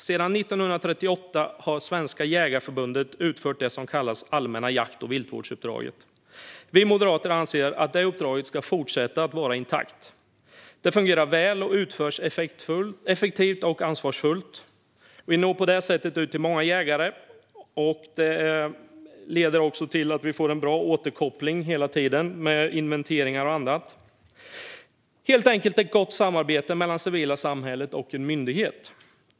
Sedan 1938 har Svenska Jägareförbundet utfört det som kallas det allmänna jakt och viltvårdsuppdraget. Vi moderater anser att det uppdraget ska vara fortsatt intakt. Det fungerar väl och utförs effektivt och ansvarsfullt. Vi når på det sättet ut till många jägare. Det leder till att vi får en bra återkoppling hela tiden när det gäller inventeringar och annat. Det är helt enkelt ett gott samarbete mellan det civila samhället och en myndighet.